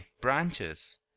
branches